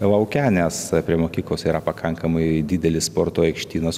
lauke nes prie mokyklos yra pakankamai didelis sporto aikštynas